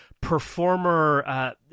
performer